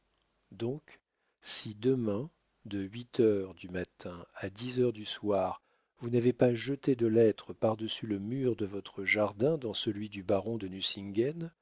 donc si demain de huit heures du matin à dix heures du soir vous n'avez pas jeté de lettre par-dessus le mur de votre jardin dans celui du baron de